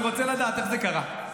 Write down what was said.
אני רוצה לדעת איך זה קרה.